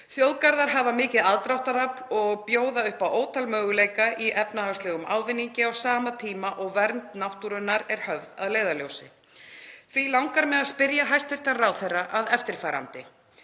Þjóðgarðar hafa mikið aðdráttarafl og bjóða upp á ótal möguleika í efnahagslegum ávinningi á sama tíma og vernd náttúrunnar er höfð að leiðarljósi. Því langar mig að spyrja hæstv. ráðherra að eftirfarandi: